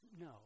No